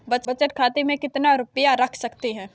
बचत खाते में कितना रुपया रख सकते हैं?